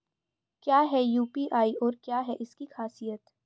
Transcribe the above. क्या है यू.पी.आई और क्या है इसकी खासियत?